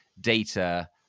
data